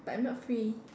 but I'm not free